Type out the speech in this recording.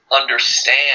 understand